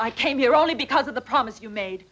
i came here only because of the promise you made